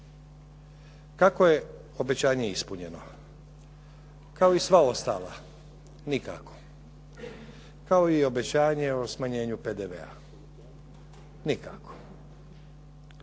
Kako je obećanje ispunjeno? Kao i sva ostala nikako. Kao i obećanje o smanjenju PDV-a, nikako.